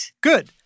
Good